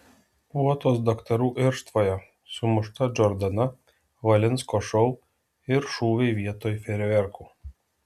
puotos daktarų irštvoje sumušta džordana valinsko šou ir šūviai vietoj fejerverkų